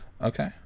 Okay